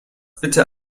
bitte